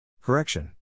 Correction